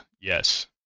yes